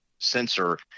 sensor